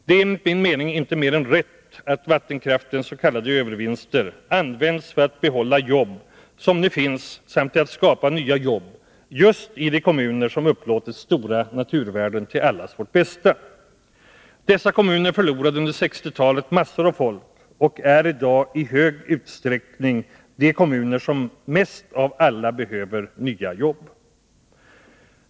Det är enligt min mening inte mer än rätt att vattenkraftens s.k. övervinster används för att behålla jobb som nu finns samt till att skapa nya justide kommuner som upplåtit stora naturvärden till allas vårt bästa. Dessa kommuner förlorade under 1960-talet massor av folk och är i dag i stor utsträckning de kommuner som mest av alla behöver nya arbetstillfällen.